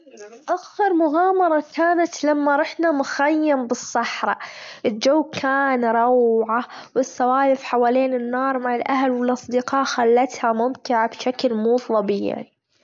أخر مغامرة كانت لما رحنا مخيم بالصحرا الجو كان روعة والسوايف حوالين النار من الأهل، والأصدقاء خلتها ممتعة بشكل مو ظبيعي.